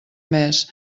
mes